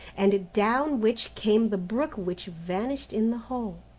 and down which came the brook which vanished in the hole.